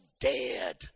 dead